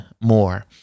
more